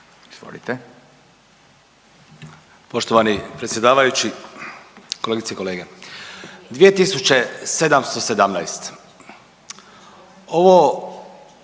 poštovani g. predsjedavajući, kolegice i kolege. Nastavno